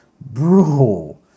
bro